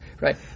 right